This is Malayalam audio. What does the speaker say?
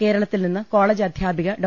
കേരളത്തിൽ നിന്ന് കോളജ് അധ്യാ പിക ഡോ